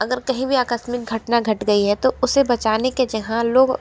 अगर कहीं वी आकस्मिक घटना घट गई है तो उसे बचाने के जगह लोग